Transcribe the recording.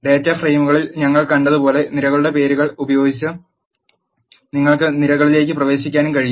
data ഫ്രെയിമുകളിൽ ഞങ്ങൾ കണ്ടതുപോലെ നിരയുടെ പേരുകൾ ഉപയോഗിച്ച് നിങ്ങൾക്ക് നിരകളിലേക്ക് പ്രവേശിക്കാനും കഴിയും